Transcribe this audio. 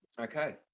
Okay